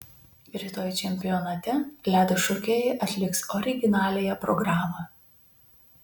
rytoj čempionate ledo šokėjai atliks originaliąją programą